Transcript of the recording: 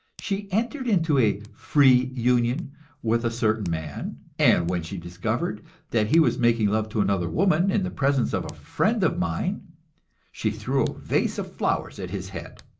she entered into a free union with a certain man, and when she discovered that he was making love to another woman, in the presence of a friend of mine she threw a vase of flowers at his head.